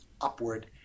upward